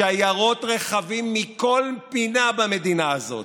שירות רכבים מכל פינה במדינה הזאת.